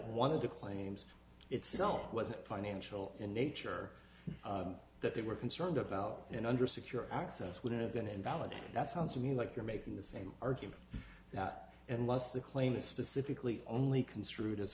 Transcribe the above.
one of the claims itself wasn't financial in nature that they were concerned about and under secure access would have been invalid that sounds to me like you're making the same argument that unless the claim is specifically only construed as